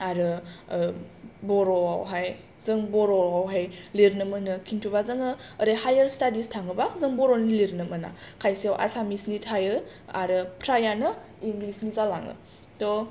आरो बर'हाय जों बर'आवहाय लिरनो मोनो किन्टुबा जोङो ओरै हायार स्टादिस थाङोब्ला जों बर'नि लिरनो मोना खायसेयाव एसामिसनि थायो आरो फ्राययानो इंलिसनि जालाङो थ'